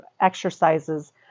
exercises